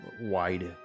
wide